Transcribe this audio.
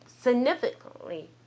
significantly